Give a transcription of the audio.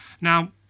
now